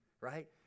right